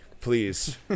Please